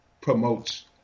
promotes